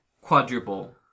Quadruple